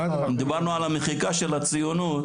אם דיברנו על המחיקה של הציונות.